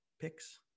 picks